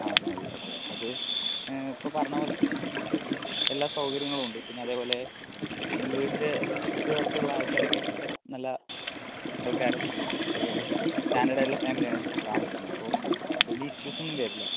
ആ അത് മതി ഓക്കെ അത് ഇപ്പം പറഞ്ഞപോലത്തന്നേണ് എല്ലാ സൗകര്യങ്ങളും ഉണ്ട് പിന്ന അതേപോലെ ഈ വീടിൻ്റെ ചുറ്റ് പുറത്തുള്ള ആൾക്കാര് ഒക്കെ നല്ല ആൾക്കാര് ആണ് അതേപോലെ സ്റ്റാൻഡേർഡായിട്ടുള്ള ഫാമിലി ആണ് ചുറ്റും താമസിക്കുന്നത് അപ്പം വലിയ ഇഷ്യൂസൊന്നും വരില്ല